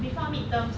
before midterms